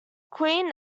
queen